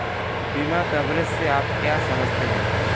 बीमा कवरेज से आप क्या समझते हैं?